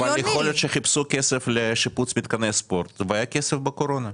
אבל יכול להיות שחיפשו כסף לשיפוץ מתקני ספורט והיה כסף בקורונה.